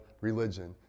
religion